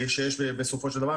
שיש בסופו של דבר.